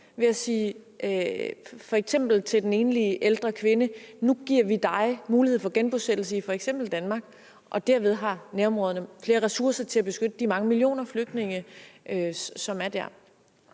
at sige til den enlige ældre kvinde: Nu giver vi dig mulighed for genbosættelse i f.eks. Danmark. Derved får nærområderne flere ressourcer til at beskytte de mange millioner flygtninge, som er der.